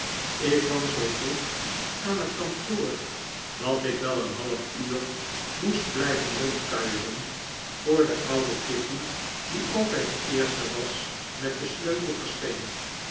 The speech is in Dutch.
ik kwam zoo vroeg aan het kantoor dat ik wel een half uur moest blijven rondkuieren voor de oude tiffey die altijd de eerste was met den sleutel verscheen